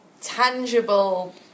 tangible